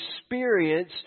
experience